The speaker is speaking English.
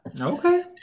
Okay